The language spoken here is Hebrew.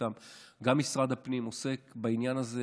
איתם שגם משרד הפנים עוסק בעניין הזה.